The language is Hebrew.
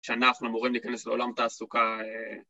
שאנחנו אמורים להיכנס לעולם תעסוקה